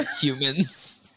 humans